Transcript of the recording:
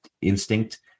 instinct